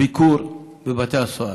של ביקור בבתי הסוהר.